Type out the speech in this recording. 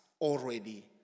already